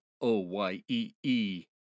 O-Y-E-E